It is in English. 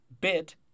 bit